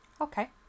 Okay